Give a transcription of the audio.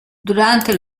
durante